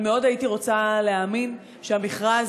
אבל מאוד הייתי רוצה להאמין שהמכרז